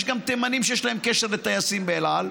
יש גם תימנים שיש להם קשר לטייסים באל על,